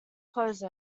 close